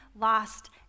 lost